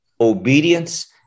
obedience